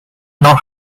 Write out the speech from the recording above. not